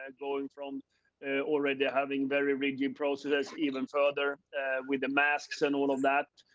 and going from already having very rigid process, even further with the masks and all of that.